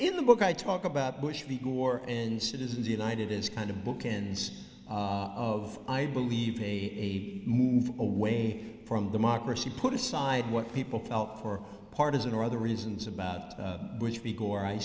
in the book i talk about bush v gore in citizens united is kind of bookends of i believe he moved away from democracy put aside what people felt for partisan or other reasons about which he gore i